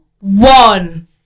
one